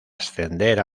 ascender